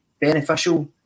beneficial